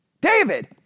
David